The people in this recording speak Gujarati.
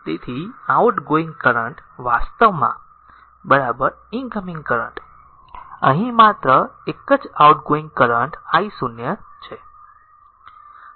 તેથી આઉટગોઇંગ કરંટ વાસ્તવમાં ઇનકમિંગ કરંટ અહીં માત્ર એક જ આઉટગોઇંગ કરંટ i 0 છે